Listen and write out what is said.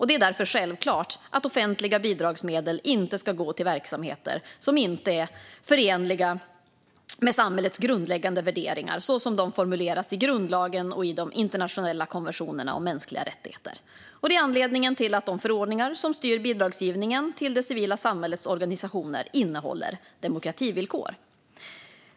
Det är därför självklart att offentliga bidragsmedel inte ska gå till verksamheter som inte är förenliga med samhällets grundläggande värderingar så som de formuleras i grundlagen och i de internationella konventionerna om mänskliga rättigheter. Det är anledningen till att de förordningar som styr bidragsgivningen till det civila samhällets organisationer innehåller demokrativillkor.